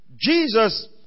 Jesus